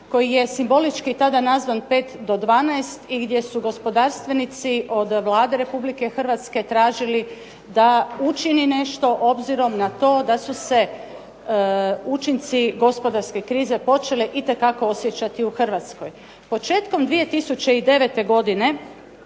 koji je simbolički tada nazvan "5 do 12" i gdje su gospodarstvenici od Vlade Republike Hrvatske tražili da učini nešto obzirom na to da su se učinci gospodarske krize počeli itekako osjećati u Hrvatskoj. Početkom 2009. godine